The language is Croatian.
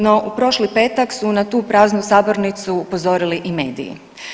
No, u prošli petak su na tu praznu sabornicu upozorili i mediji.